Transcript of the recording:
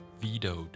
vetoed